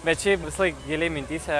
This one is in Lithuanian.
bet šiaip visąlaik giliai mintyse